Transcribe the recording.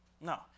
No